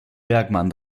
bergmann